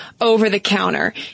over-the-counter